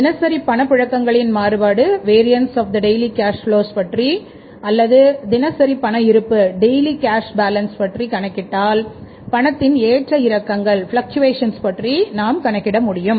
தினசரி பணப்புழக்கங்களின் மாறுபாடு பற்றி கணக்கிட முடியும்